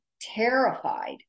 terrified